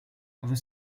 have